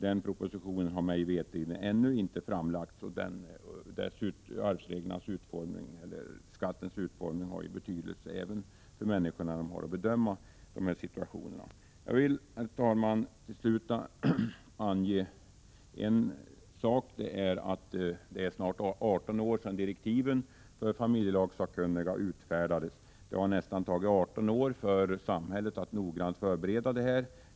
Den propositionen har mig veterligen ännu inte framlagts, och skattens utformning har ju betydelse för människor när de har att bedöma de här situationerna. Slutligen, herr talman, vill jag framhålla att det snart är 18 år sedan direktiven för familjelagssakkunniga utfärdades. Det har tagit nästan 18 år för samhället att noggrant förbereda den nya lagstiftningen.